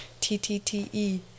T-T-T-E